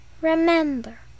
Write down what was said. Remember